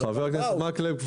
אבל באו.